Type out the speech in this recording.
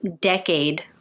decade